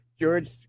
George